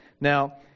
Now